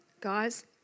guys